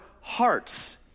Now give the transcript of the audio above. hearts